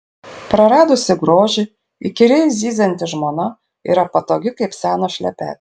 praradusi grožį įkyriai zyzianti žmona yra patogi kaip senos šlepetės